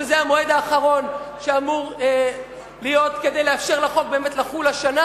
שזה המועד האחרון שאמור להיות כדי לאפשר לחוק לחול השנה.